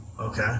Okay